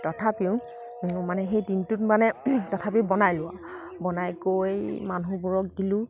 তথাপিও মানে সেই দিনটোত মানে তথাপি বনালোঁ আৰু বনাই কৰি মানুহবোৰক দিলোঁ